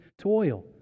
toil